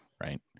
right